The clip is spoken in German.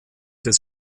des